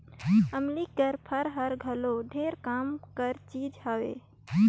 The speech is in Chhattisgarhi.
अमली के फर हर घलो ढेरे काम कर चीज हवे